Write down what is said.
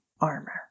armor